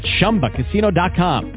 ShumbaCasino.com